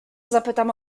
zapytam